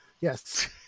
Yes